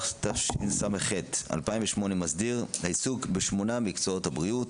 התשס"ח 2008 מסדיר את העיסוק בשמונה מקצועות הבריאות,